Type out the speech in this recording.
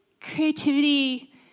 creativity